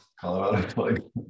Colorado